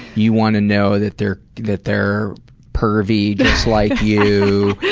you want to know that they're that they're pervy just like you.